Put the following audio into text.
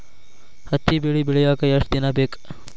ಹತ್ತಿ ಬೆಳಿ ಬೆಳಿಯಾಕ್ ಎಷ್ಟ ದಿನ ಬೇಕ್?